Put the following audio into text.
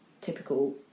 typical